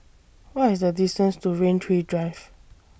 What IS The distance to Rain Tree Drive